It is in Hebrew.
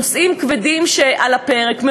נושאים כבדים שעל הפרק,